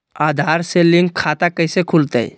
आधार से लिंक खाता कैसे खुलते?